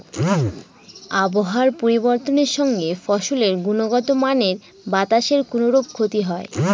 আবহাওয়ার পরিবর্তনের সঙ্গে ফসলের গুণগতমানের বাতাসের কোনরূপ ক্ষতি হয়?